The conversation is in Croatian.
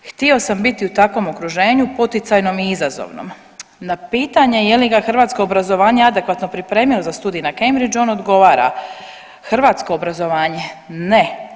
Htio sam biti u takvom okruženju poticajnom i izazovnom.“ Na pitanje je li ga hrvatsko obrazovanje adekvatno pripremilo za studij na Cambridgeu on odgovara: „Hrvatsko obrazovanje ne.